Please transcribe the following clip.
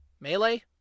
Melee